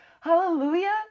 Hallelujah